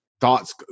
thoughts